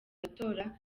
matora